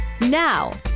Now